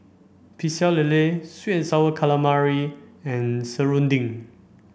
Pecel Lele sweet and sour calamari and Serunding